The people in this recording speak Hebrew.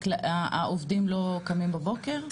שהעובדים לא קמים בבוקר?